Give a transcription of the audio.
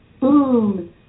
Boom